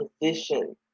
position